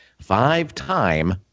Five-time